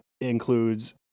includes